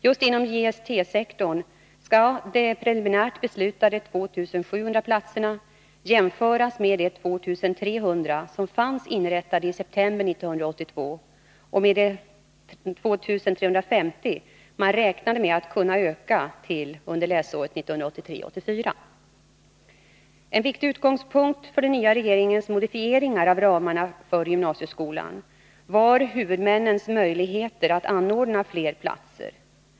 Just inom JST-sektorn skall de preliminärt beslutade 2 700 platserna jämföras med de 2300 som fanns inrättade i september 1982 och med de 2 350 man räknade med att kunna öka till under läsåret 1983/84. En viktig utgångspunkt för den nya regeringens modifieringar av ramarna för gymnasieskolan var huvudmännens möjligheter att anordna fler platser.